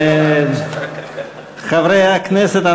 חברי הכנסת,